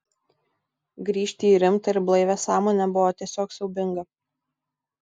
grįžti į rimtą ir blaivią sąmonę buvo tiesiog siaubinga